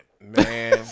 Man